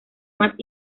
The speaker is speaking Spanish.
más